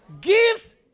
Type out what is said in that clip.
Gives